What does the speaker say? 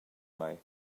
mei